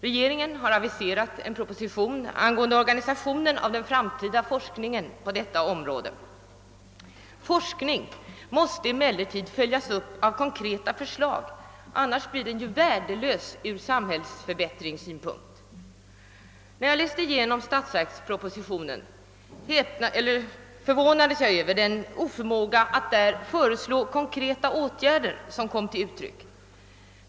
Regeringen har aviserat en proposition angående organisationen av den framtida forskningen på detta område. Forskning måste emellertid följas av konkreta förslag; annars blir den ju värdelös ur samhällsförbättringssynpunkt. När jag läste igenom statsverkspropositionen, blev jag förvånad över den oförmåga att föreslå konkreta åtgärder som där kom till uttryck.